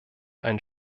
ein